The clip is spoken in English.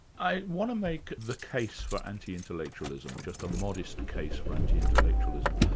i want to make the case for anti-intellectualism, just a modest case for anti-intellectualism.